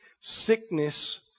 Sickness